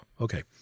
okay